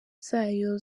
zayo